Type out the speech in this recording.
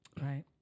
Right